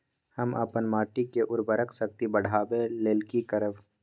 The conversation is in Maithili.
हम अपन माटी के उर्वरक शक्ति बढाबै लेल की करब?